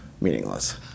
meaningless